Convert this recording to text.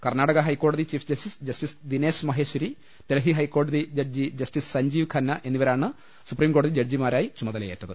കർണാടക ഹൈക്കോടതി chief justice justice Dinesh Maheshwari Delhi ഹൈക്കോടതി ജഡ്ജി ജസ്റ്റിസ് സഞ്ജീവ് ഖന്ന എന്നിവരാണ് സുപ്രീംകോടതി ജഡ്ജി മാരായി ചുമതലയേറ്റത്